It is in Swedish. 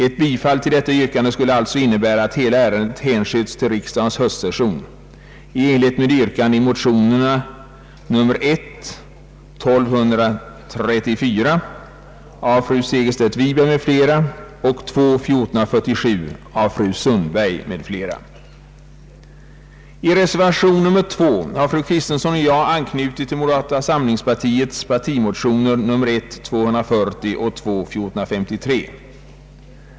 Ett bifall till detta yrkande skulle alltså innebära att hela ärendet hänskjuts till riksdagens höstsession i enlighet med yrkandet i motionerna I: 1234 av fru Segerstedt Wiberg m.fl. och II: 1447 av fru Sundberg m.fl. I reservation 2 har fru Kristensson och jag anknutit till moderata samlingspartiets partimotioner I: 1240 och II: 1453.